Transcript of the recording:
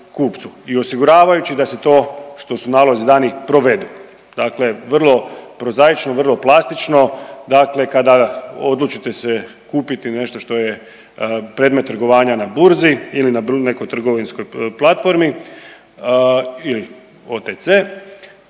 i osiguravajući da se to što su nalozi dani provedu, dakle vrlo prozaično, vrlo plastično. Dakle kada odlučite se kupiti nešto što je predmet trgovanja na burzi ili na nekoj trgovinskoj platformi ili OTC